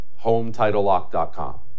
HomeTitleLock.com